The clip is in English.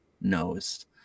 knows